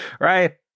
Right